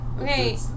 Okay